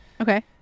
Okay